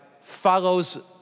follows